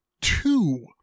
two